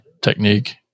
technique